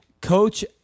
Coach